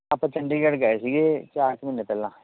ਆਪਾਂ ਚੰਡੀਗੜ੍ਹ ਗਏ ਸੀਗੇ ਚਾਰ ਕ ਮਹੀਨੇ ਪਹਿਲਾਂ